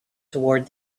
toward